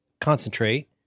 concentrate